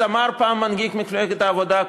אז אמר פעם מנהיג מפלגת העבודה,